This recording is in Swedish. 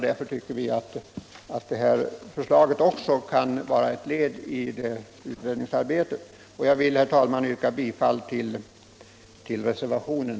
Därför tycker vi att det förslag vi nu diskuterar kan vara ett led i utredningsarbetet; det blir en försöksverksamhet. Jag vill, herr talman, yrka bifall till reservationen.